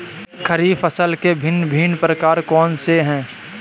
खरीब फसल के भिन भिन प्रकार कौन से हैं?